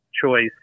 choice